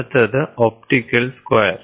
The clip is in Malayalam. അടുത്തത് ഒപ്റ്റിക്കൽ സ്ക്വയർ